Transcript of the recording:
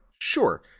Sure